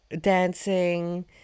dancing